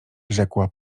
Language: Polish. rzekła